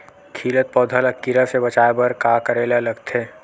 खिलत पौधा ल कीरा से बचाय बर का करेला लगथे?